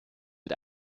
mit